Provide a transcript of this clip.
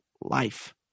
life